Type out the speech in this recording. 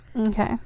Okay